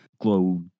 glow